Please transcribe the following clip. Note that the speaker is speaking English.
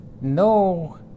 No